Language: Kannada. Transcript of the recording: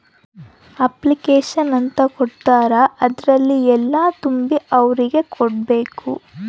ಅಪ್ಲಿಕೇಷನ್ ಅಂತ ಕೊಡ್ತಾರ ಅದ್ರಲ್ಲಿ ಎಲ್ಲ ತುಂಬಿ ಅವ್ರಿಗೆ ಕೊಡ್ಬೇಕು